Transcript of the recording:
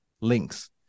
links